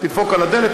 תדפוק על הדלת,